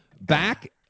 Back